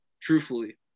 truthfully